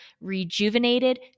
rejuvenated